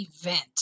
event